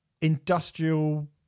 industrial